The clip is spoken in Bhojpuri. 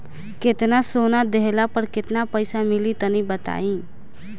केतना सोना देहला पर केतना पईसा मिली तनि बताई?